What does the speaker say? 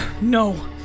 No